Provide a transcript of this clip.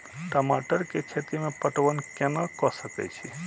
टमाटर कै खैती में पटवन कैना क सके छी?